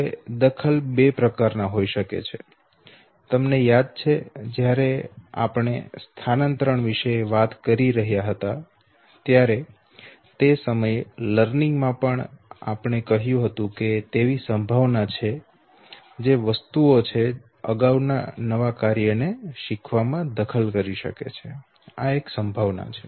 હવે દખલ બે પ્રકારના હોઈ શકે છે તમને યાદ છે જ્યારે આપણે સ્થાનાંતરણ વિશે વાત કરી રહ્યા હતા ત્યારે તે સમયે અધ્યયન માં પણ આપણે કહ્યું હતું કે તેવી સંભાવના છે જે વસ્તુઓ છે અગાઉ નવા કાર્યને શીખવા માં દખલ કરી શકે છે આ એક સંભાવના છે